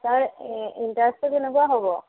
sir ইণ্টাৰেষ্টটো কেনেকুৱা হ'ব